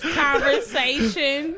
conversation